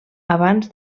abans